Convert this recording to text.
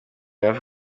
hafi